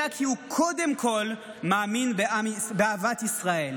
אלא כי הוא קודם כול מאמין באהבת ישראל.